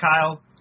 Kyle